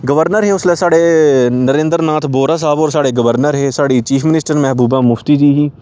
governor हे उसलै साढ़े नरेंद्रनाथ बोह्रा साह्ब होर साढ़े गवर्नर हे साढ़ी चीफ मिनिस्टर महबूबा मुफ्ती जी ही